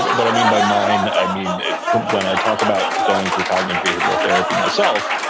but what i mean by mine, i mean but when i talk about going through cognitive behavioral therapy myself,